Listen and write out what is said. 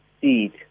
seed